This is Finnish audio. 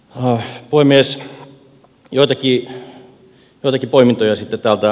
sitten joitakin poimintoja täältä